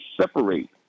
separate